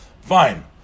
Fine